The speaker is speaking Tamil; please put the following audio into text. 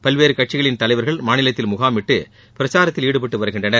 பல்வேறு கட்சிகளின் தலைவர்கள் மாநிலத்தில் முகாமிட்டு பிரசாரத்தில் ஈடுபட்டு வருகின்றனர்